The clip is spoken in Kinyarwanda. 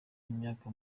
imyaka